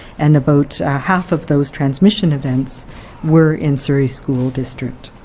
and about half of those transmission events were in surrey school district.